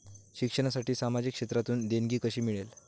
शिक्षणासाठी सामाजिक क्षेत्रातून देणगी कशी मिळेल?